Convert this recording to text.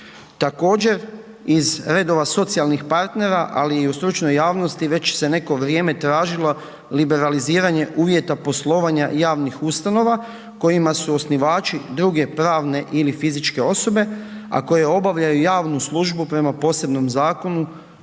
Također iz redova socijalnih partnera, ali i u stručnoj javnosti već se neko vrijeme tražilo liberaliziranje uvjeta poslovanja javnih ustanova kojima su osnivači druge pravne ili fizičke osobe, a koje obavljaju javnu službu prema posebnom zakonu,